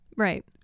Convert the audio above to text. Right